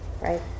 right